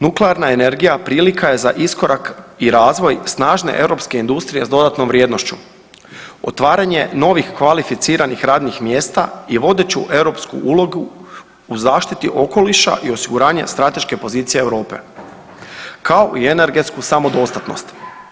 Nuklearna energija prilika je za iskorak i razvoj snažne europske industrije s dodatnom vrijednošću, otvaranje novih kvalificiranih radnih mjesta i vodeću europsku ulogu u zaštiti okoliša i osiguranje strateške pozicije Europe kao i energetsku samodostatnost.